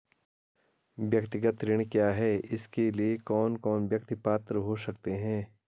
व्यक्तिगत ऋण क्या है इसके लिए कौन कौन व्यक्ति पात्र हो सकते हैं?